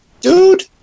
dude